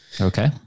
Okay